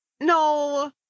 No